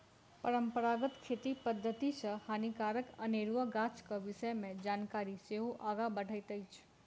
परंपरागत खेती पद्धति सॅ हानिकारक अनेरुआ गाछक विषय मे जानकारी सेहो आगाँ बढ़ैत अछि